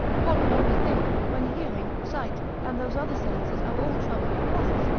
what may we think when hearing, sight, and those other senses are all troubled at once?